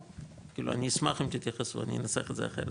כאילו, אני אשמח אם תתייחסו, אני אנסח את זה אחרת.